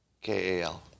K-A-L